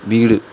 வீடு